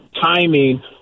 timing